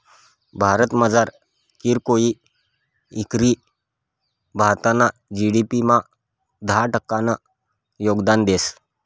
भारतमझार कीरकोय इकरी भारतना जी.डी.पी मा दहा टक्कानं योगदान देस